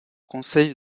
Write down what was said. conseille